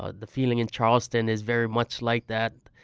ah the feeling in charleston is very much like that.